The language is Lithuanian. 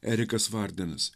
erikas vardinas